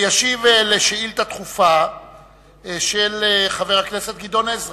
וישיב לשאילתא דחופה של חבר הכנסת גדעון עזרא,